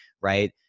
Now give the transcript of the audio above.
Right